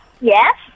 Yes